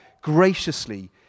graciously